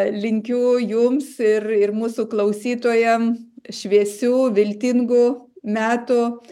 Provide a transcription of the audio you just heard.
linkiu jums ir ir mūsų klausytojam šviesių viltingų metų